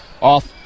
Off